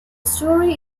story